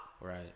Right